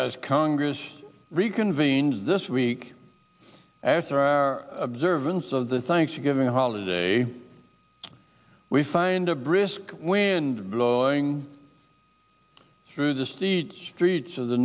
as congress reconvenes this week after our observance of the thanksgiving holiday we find a brisk wind blowing through the steeds streets of the